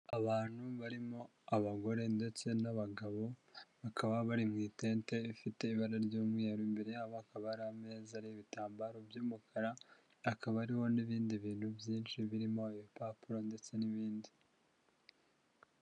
abantu barimo abagore ndetse n'abagabo bakaba bari mu itente rifite ibara ry'umweru imbere yabo hakaba hari ameza ariho ibitambaro by'umukara akaba ariho n'ibindi bintu byinshi birimo ibipapuro ndetse n'ibindi